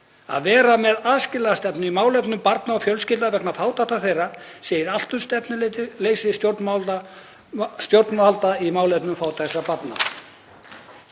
Að vera með aðskilnaðarstefnu í málefnum barna og fjölskyldna vegna fátæktar þeirra segir allt um stefnuleysi stjórnvalda í málefnum fátækra barna.